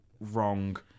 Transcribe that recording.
wrong